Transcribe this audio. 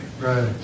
Right